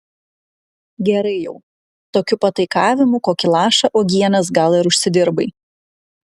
gerai jau tokiu pataikavimu kokį lašą uogienės gal ir užsidirbai